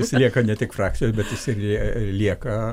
jis lieka ne tik frakcijoj bet jis ir lieka